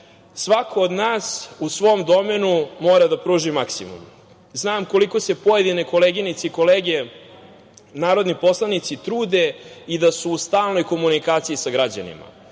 od nas u svom domenu mora da pruži maksimum. Znam koliko se pojedine koleginice i kolege, narodni poslanici trude i da su u stalnoj komunikaciji sa građanima.